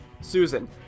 Susan